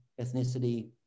ethnicity